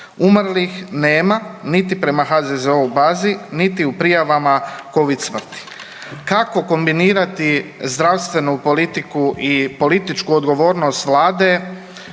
Umrlih nema niti prema HZZO-u bazi, niti u prijavama Covid smrti. Kako kombinirati zdravstvenu politiku i političku odgovornost Vlade,